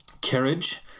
carriage